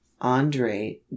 Andre